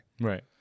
Right